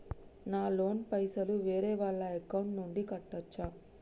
నా లోన్ పైసలు వేరే వాళ్ల అకౌంట్ నుండి కట్టచ్చా?